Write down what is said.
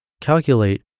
Calculate